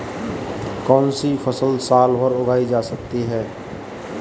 कौनसी फसल साल भर उगाई जा सकती है?